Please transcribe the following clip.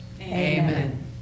Amen